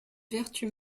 vertu